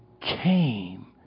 came